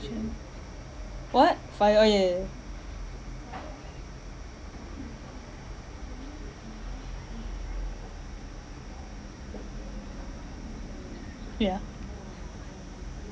what FIRE oh ya ya ya yeah